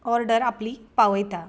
order आपली पावयतां